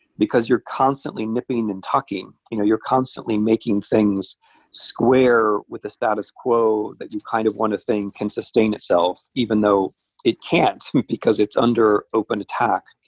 because you're constantly nipping and tucking. you know you're constantly making things square with the status quo that you kind of want to think can sustain itself even though it can't because it's under open attack.